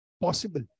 possible